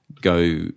go